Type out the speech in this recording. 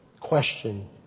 Question